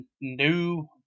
new